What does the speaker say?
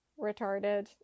retarded